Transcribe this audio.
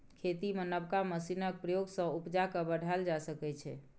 खेती मे नबका मशीनक प्रयोग सँ उपजा केँ बढ़ाएल जा सकै छै